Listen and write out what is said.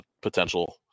potential